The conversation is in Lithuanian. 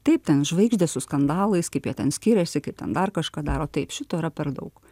taip ten žvaigždės su skandalais kaip jie ten skiriasi kaip ten dar kažką daro taip šito yra per daug